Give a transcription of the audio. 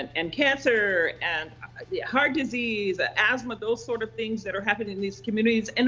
and and cancer, and heart disease, ah asthma, those sorts of things that are happening in these communities. and